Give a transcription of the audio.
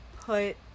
put